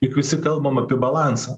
juk visi kalbam apie balansą